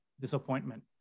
disappointment